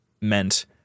meant